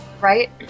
Right